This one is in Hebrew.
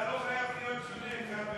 אתה לא חייב להיות צודק, כבל.